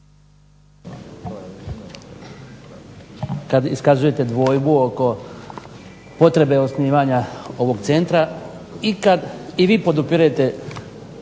kad iskazujete dvojbu oko potrebe osnivanja ovog centra i kad i vi podupirete